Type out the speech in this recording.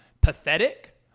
pathetic